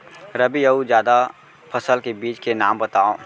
रबि अऊ जादा फसल के बीज के नाम बताव?